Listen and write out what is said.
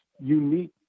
unique